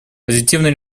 позитивный